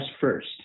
first